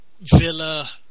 Villa